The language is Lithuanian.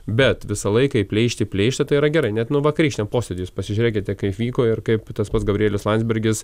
bet visą laiką plėšti plėšti tai yra gerai net nu vakarykščiam posėdy jūs pasižiūrėkit kaip vyko ir kaip tas pats gabrielius landsbergis